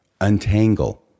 untangle